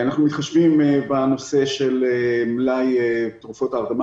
אנחנו מתחשבים בנושא של מלאי תרופות ההרדמה